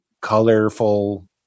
colorful